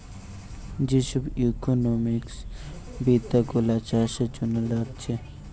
যে সব ইকোনোমিক্স বিদ্যা গুলো চাষের জন্যে লাগছে